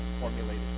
formulated